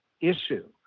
issue